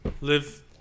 Live